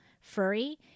furry